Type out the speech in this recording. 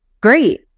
great